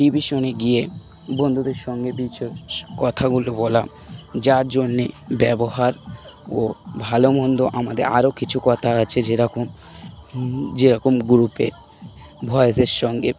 টেলিভিশনে গিয়ে বন্ধুদের সঙ্গে বিশেষ কথাগুলো বলা যার জন্যে ব্যবহার ও ভালো মন্দ আমাদের আরও কিছু কথা আছে যেরকম যেরকম গ্রুপে ভয়েসের সঙ্গে